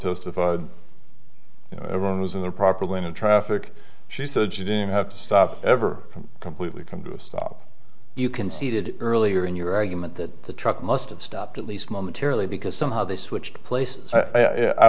testified you know everyone was in their proper going to traffic she said she didn't have to stop ever completely come to a stop you conceded earlier in your argument that the truck must have stopped at least momentarily because somehow they switched places i